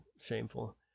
shameful